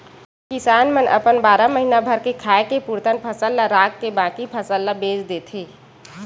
किसान मन अपन बारा महीना भर के खाए के पुरतन फसल ल राखके बाकी फसल ल बेच देथे